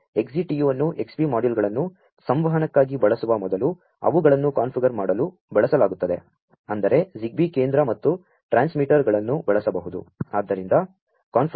ಆದ್ದರಿಂ ದ XCTU ಅನ್ನು Xbee ಮಾ ಡ್ಯೂ ಲ್ಗಳನ್ನು ಸಂ ವಹನಕ್ಕಾ ಗಿ ಬಳಸು ವ ಮೊದಲು ಅವು ಗಳನ್ನು ಕಾ ನ್ಫಿಗರ್ ಮಾ ಡಲು ಬಳಸಲಾ ಗು ತ್ತದೆ ಅಂ ದರೆ Zigbee ಕೇಂ ದ್ರ ಮತ್ತು ಟ್ರಾ ನ್ಸ್ಮಿಟರ್ಗಳನ್ನು ಬಳಸಬಹು ದು